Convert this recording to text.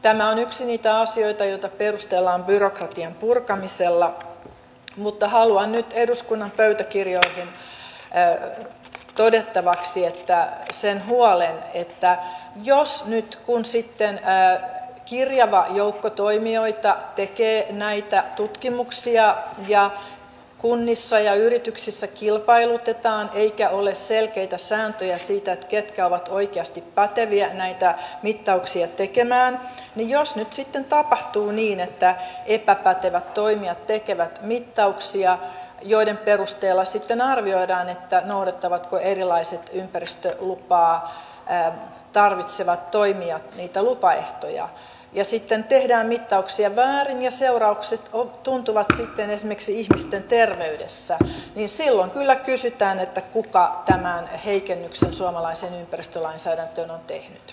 tämä on yksi niitä asioita joita perustellaan byrokratian purkamisella mutta haluan nyt eduskunnan pöytäkirjoihin todettavaksi sen huolen että jos nyt kun sitten kirjava joukko toimijoita tekee näitä tutkimuksia ja kunnissa ja yrityksissä kilpailutetaan eikä ole selkeitä sääntöjä siitä ketkä ovat oikeasti päteviä näitä mittauksia tekemään sitten tapahtuu niin että epäpätevät toimijat tekevät mittauksia joiden perusteella sitten arvioidaan noudattavatko erilaiset ympäristölupaa tarvitsevat toimijat niitä lupaehtoja ja sitten tehdään mittauksia väärin ja seuraukset tuntuvat sitten esimerkiksi ihmisten terveydessä niin silloin kyllä kysytään kuka tämän heikennyksen suomalaiseen ympäristölainsäädäntöön on tehnyt